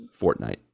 Fortnite